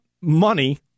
money